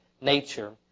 nature